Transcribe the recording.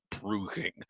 bruising